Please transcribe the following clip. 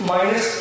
Minus